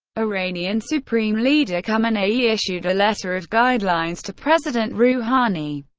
iranian supreme leader khamenei issued a letter of guidelines to president rouhani,